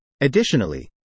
Additionally